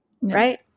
right